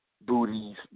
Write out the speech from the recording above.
booties